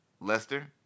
Lester